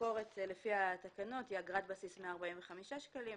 הביקורת לפי התקנות היא: אגרת בסיס 145 שקלים,